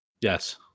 Yes